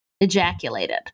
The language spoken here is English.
ejaculated